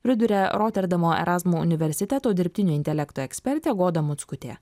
priduria roterdamo erazmo universiteto dirbtinio intelekto ekspertė goda mockutė